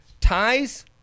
ties